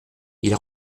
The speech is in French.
ils